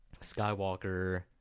Skywalker